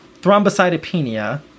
thrombocytopenia